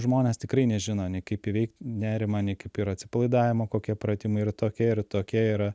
žmonės tikrai nežino kaip įveikt nerimą nei kaip yra atsipalaidavimo kokie pratimai ir tokie ir tokie yra